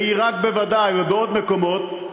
בעיראק בוודאי ובעוד מקומות,